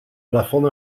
plafond